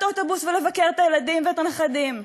אוטובוס ולבקר את הילדים ואת הנכדים.